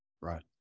Right